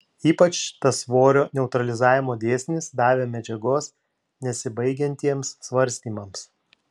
ypač tas svorio neutralizavimo dėsnis davė medžiagos nesibaigiantiems svarstymams